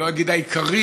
אני לא אגיד העיקרי,